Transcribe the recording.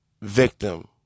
victim